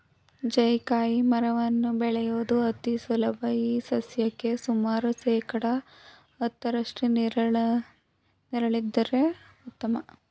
ಜಾಯಿಕಾಯಿ ಮರಗಳನ್ನು ಬೆಳೆಯುವುದು ಅತಿ ಸುಲಭ ಈ ಸಸ್ಯಕ್ಕೆ ಸುಮಾರು ಶೇಕಡಾ ಹತ್ತರಷ್ಟು ನೆರಳಿದ್ದರೆ ಉತ್ತಮ